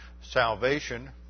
salvation